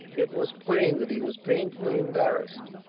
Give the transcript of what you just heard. it was plain that he was painfully embarrassed.